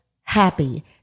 happy